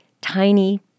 tiny